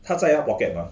他在他 pocket mah